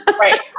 right